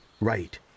Right